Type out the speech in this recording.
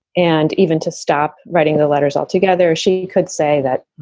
and even to stop writing the letters altogether, she could say that,